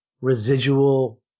residual